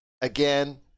again